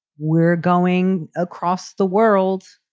we're going across the world.